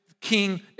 King